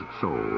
soul